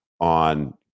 on